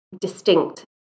distinct